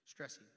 stressy